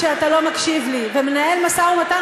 שאתה לא מקשיב לי ומנהל משא ומתן,